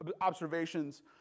observations